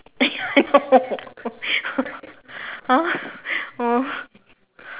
!huh! oh